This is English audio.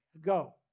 Go